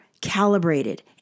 calibrated